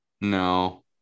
No